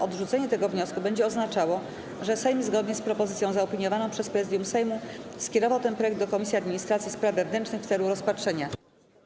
Odrzucenie tego wniosku będzie oznaczało, że Sejm, zgodnie z propozycją zaopiniowaną przez Prezydium Sejmu, skierował ten projekt do Komisji Administracji Spraw Wewnętrznych w celu rozpatrzenia.